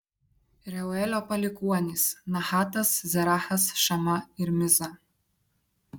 reuelio palikuonys nahatas zerachas šama ir miza